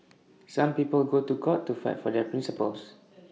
some people go to court to fight for their principles